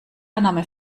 annahme